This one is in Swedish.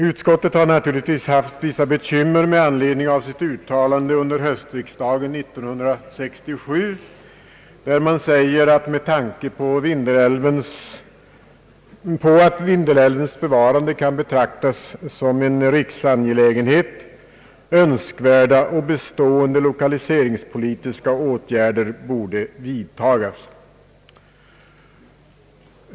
Utskottet har naturligtvis haft vissa bekym mer med anledning av sitt uttalande under höstriksdagen 1967, där man sade att med tanke på att Vindelälvens bevarande kan betraktas som en riksangelägenhet önskvärda och bestående lokaliseringspolitiska åtgärder borde vidtagas.